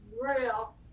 real